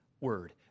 word